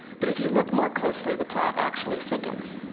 but if you look more closely, the plot actually thickens.